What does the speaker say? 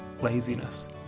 laziness